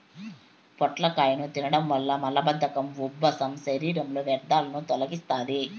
పొట్లకాయను తినడం వల్ల మలబద్ధకం, ఉబ్బసం, శరీరంలో వ్యర్థాలను తొలగిస్తాది